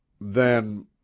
Then